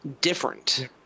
different